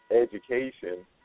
education